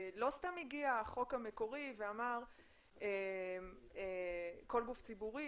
לא סתם הגיע החוק המקורי ואמר שכל גוף ציבורי,